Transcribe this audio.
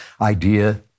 idea